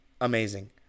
amazing